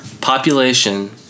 Population